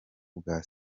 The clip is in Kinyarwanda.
bwa